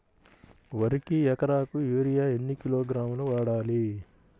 వరికి ఎకరాకు యూరియా ఎన్ని కిలోగ్రాములు వాడాలి?